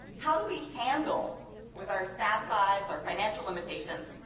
how we handle with our staff size, our financial limitations,